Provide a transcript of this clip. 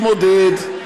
מפחדים להתמודד,